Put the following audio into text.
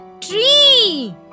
tree